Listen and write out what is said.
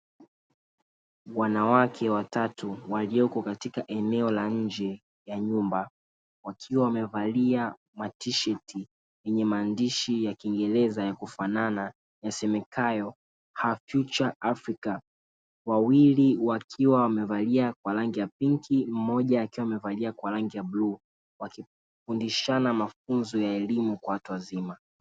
Wanawake watatu waliopo katika eneo la nje ya nyumba wakiwa wamevalia matisheti yenye maandishi ya kiingereza yakufanana yasomekayo "Our Future Africa" wawili wakiwa wamevalia kwa rangi ya pinki mmoja akiwa amevalia kwa rangi ya bluu wakifundishana mafunzo ya elimu kwa watu wazima.